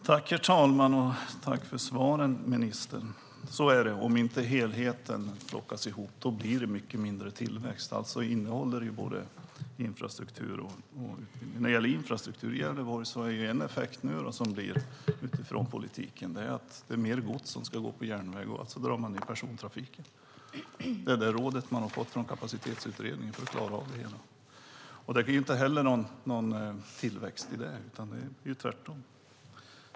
Herr talman! Tack för svaren, ministern! Så är det: Om inte helheten plockas ihop blir det mycket mindre tillväxt. När det gäller infrastruktur i Gävleborg är en effekt av politiken att det ska gå mer gods på järnväg, och därför drar man ned på persontrafiken. Det är det råd man har fått från Kapacitetsutredningen för att klara av det hela. Det är inte heller någon tillväxt i detta, utan det är tvärtom.